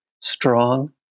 strong